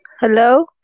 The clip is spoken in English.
Hello